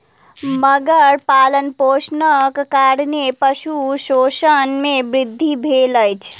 मगर पालनपोषणक कारणेँ पशु शोषण मे वृद्धि भेल अछि